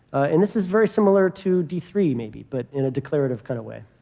and this is very similar to d three maybe, but in a declarative kind of way.